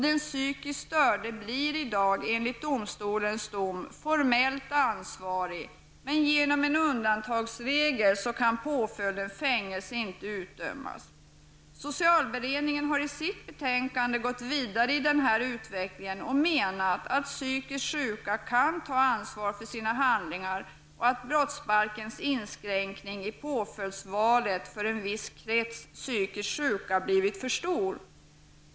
Den psykiskt störde blir i dag enligt domstolens dom formellt ansvarig, men genom en undantagsregel kan påföljden fängelse inte utdömas. Socialberedningen har i sitt betänkande gått vidare i denna utveckling och menar att psykiskt störda kan ta ansvar för sina handlingar och att brottsbalkens inskränkning i påföljdsvalet för en viss krets psykiskt störda blivit för stor.